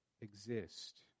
exist